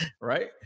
Right